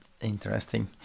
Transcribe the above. Interesting